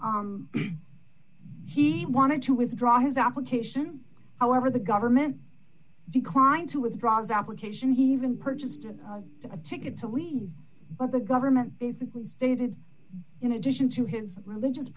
him he wanted to withdraw his application however the government declined to withdraw his application he even purchased a ticket to leave but the government basically stated in addition to his religious